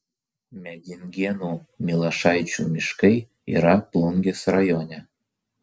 medingėnų milašaičių miškai yra plungės rajone